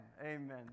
Amen